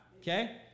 Okay